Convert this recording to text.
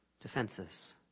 defenses